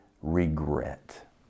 regret